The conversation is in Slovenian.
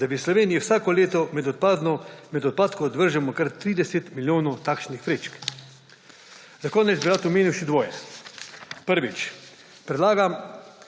da v Sloveniji vsako leto med odpadke odvržemo kar 30 milijonov takšnih vrečk. Za konec bi rad omenil še dvoje. Prvič, predlagam,